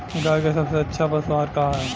गाय के सबसे अच्छा पशु आहार का ह?